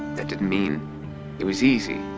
that didn't mean it was easy.